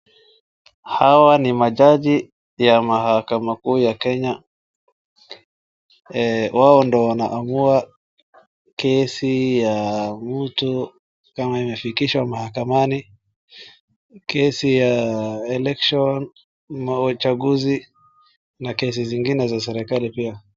Hawa ni majaji ya mahakama kuu ya Kenya. Wao ndo wanaamua kesi ya mtu kama imefikishwa mahakamani, kesi ya election mauchaguzi na kesi zingine za serikali pia.